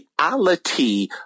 reality